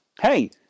hey